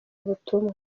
ubutumwa